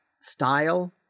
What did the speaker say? style